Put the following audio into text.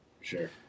sure